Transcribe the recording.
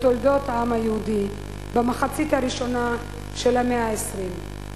בתולדות העם היהודי במחצית הראשונה של המאה ה-20.